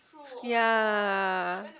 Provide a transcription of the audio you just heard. ya